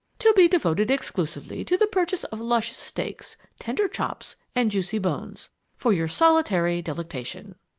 to be devoted exclusively to the purchase of luscious steaks, tender chops, and juicy bones for your solitary delectation!